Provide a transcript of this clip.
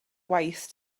waith